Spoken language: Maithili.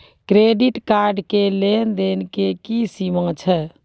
क्रेडिट कार्ड के लेन देन के की सीमा छै?